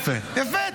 יפה, יפה.